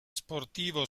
sportivo